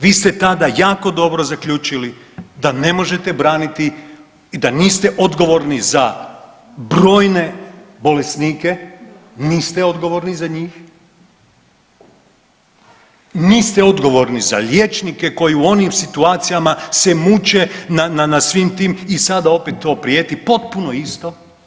Vi ste tada jako dobro zaključili da ne možete braniti i da niste odgovorni za brojne bolesnike, niste odgovorni za njih, niste odgovorni za liječnike koji oni u onim situacijama se muče na svim tim i sada opet to prijeti potpuno isto.